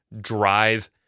drive